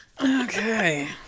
Okay